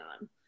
on